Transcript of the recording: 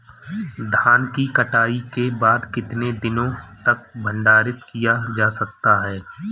धान की कटाई के बाद कितने दिनों तक भंडारित किया जा सकता है?